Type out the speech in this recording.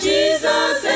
Jesus